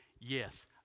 Yes